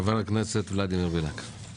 חבר הכנסת ולדימיק בליאק, בבקשה.